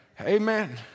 Amen